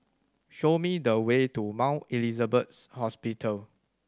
show me the way to Mount Elizabeth Hospital